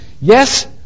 Yes